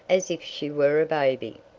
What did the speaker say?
as if she were a baby.